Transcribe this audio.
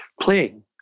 playing